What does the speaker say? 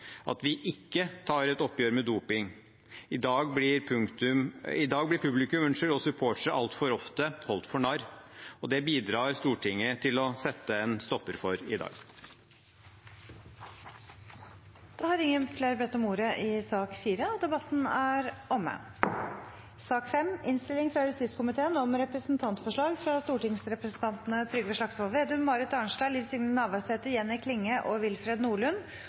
at vi ikke tar et oppgjør med doping. I dag blir publikum og supportere altfor ofte holdt for narr, og det bidrar Stortinget til å sette en stopper for i dag. Flere har ikke bedt om ordet til sak nr. 4. Etter ønske fra justiskomiteen vil presidenten ordne debatten